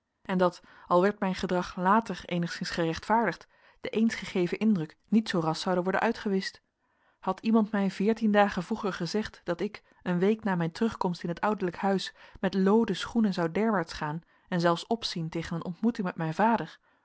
en dat al werd mijn gedrag later eenigszins gerechtvaardigd de eens gegeven indruk niet zoo ras zoude worden uitgewischt had iemand mij veertien dagen vroeger gezegd dat ik eene week na mijn terugkomst in het ouderlijke huis met looden schoenen zou derwaarts gaan en zelfs opzien tegen een ontmoeting met mijn vader